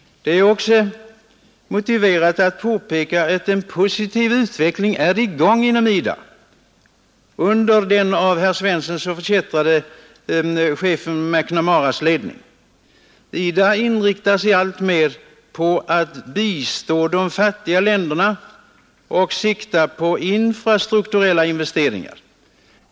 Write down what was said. Det är också motiverat att peka på att en positiv utveckling är i gång inom IDA under den av herr Svensson i Malmö så förkättrade världsbankschefen McNamaras ledning. IDA inriktar sig alltmer på att bistå de fattigaste länderna och siktar främst till infrastrukturella investeringar.